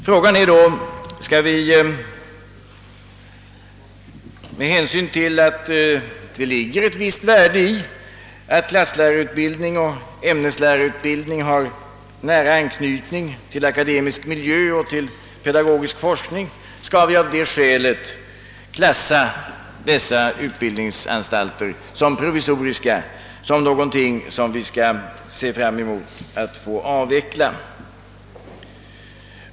Frågan är då, om vi med hänsyn till att det ligger ett visst värde 1 att klassläraroch ämneslärarutbildning har nära anknytning till akademisk och pedagogisk forskning skall klassificera dessa utbildningsanstalter som provisoriska, någonting som vi skall räkna med att avveckla.